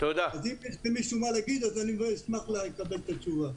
אם יש למישהו מה להגיד, אני אשמח לקבל תשובה.